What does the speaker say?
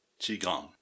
Qigong